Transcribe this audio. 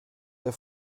der